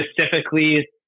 specifically